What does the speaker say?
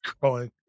growing